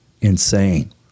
Insane